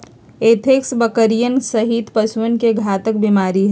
anthrax बकरियन सहित पशुअन के घातक बीमारी हई